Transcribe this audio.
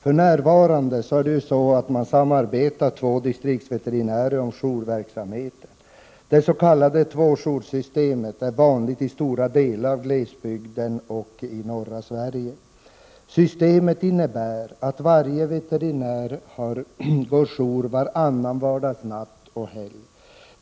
För närvarande samarbetar två distriktsveterinärer om jourverksamheten. Det s.k. tvåjoursystemet är vanligt i stora delar av glesbygden och i norra Sverige. Systemet innebär att varje veterinär har jour varannan vardagsnatt och helg.